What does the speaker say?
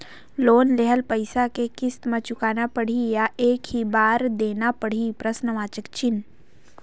Loan लेहल पइसा के किस्त म चुकाना पढ़ही या एक ही बार देना पढ़ही?